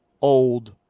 old